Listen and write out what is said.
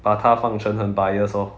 把他放成很 bias orh